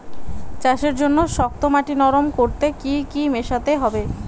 চাষের জন্য শক্ত মাটি নরম করতে কি কি মেশাতে হবে?